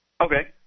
Okay